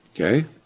Okay